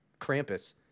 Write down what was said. Krampus